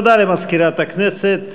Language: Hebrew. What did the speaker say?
תודה למזכירת הכנסת.